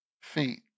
feet